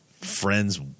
friend's